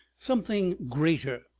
something greater,